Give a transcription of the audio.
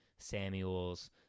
Samuel's